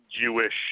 Jewish